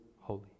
holy